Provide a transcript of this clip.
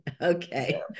Okay